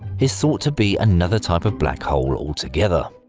is thought to be another type of black hole altogether,